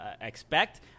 expect